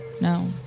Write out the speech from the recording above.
No